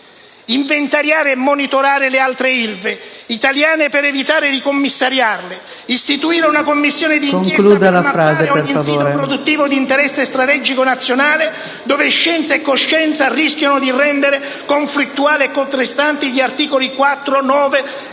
Inventariare e monitorare le altre Ilva italiane per evitare di commissariale; istituire una commissione di inchiesta per mappare ogni sito produttivo di interesse strategico nazionale dove scienza e coscienza rischiano di rendere conflittuali e contrastanti gli articoli quattro,